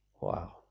Wow